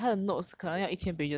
how many pages hundred